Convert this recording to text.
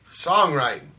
songwriting